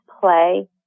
play